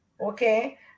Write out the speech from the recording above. okay